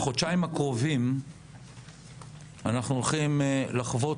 בחודשיים הקרובים אנחנו הולכים לחוות